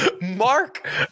Mark